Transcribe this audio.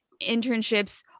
internships